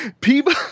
People